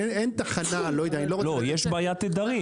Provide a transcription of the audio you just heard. אין תחנה --- יש בעיית תדרים.